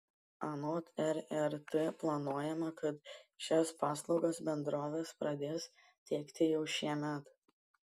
anot rrt planuojama kad šias paslaugas bendrovės pradės teikti jau šiemet